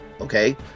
Okay